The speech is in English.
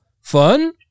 fun